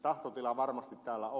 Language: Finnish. tahtotila varmasti täällä on